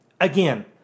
again